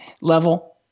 level